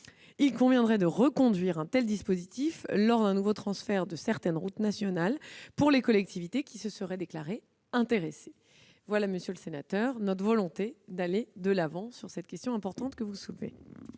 Il conviendrait de reconduire un tel dispositif lors d'un nouveau transfert de certaines routes nationales pour les collectivités qui se déclareraient intéressées. Voilà, monsieur le sénateur, notre volonté d'aller de l'avant sur l'importante question que vous soulevez.